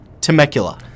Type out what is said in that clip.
Temecula